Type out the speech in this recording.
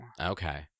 okay